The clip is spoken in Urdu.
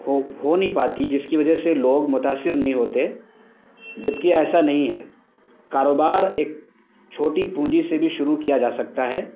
ہو ہو نہیں پاتی جس کی وجہ سے لوگ متأثر نہیں ہوتے جب کہ ایسا نہیں ہے کاروبار ایک چھوٹی پونجی سے بھی شروع کیا جا سکتا ہے